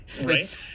Right